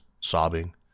sobbing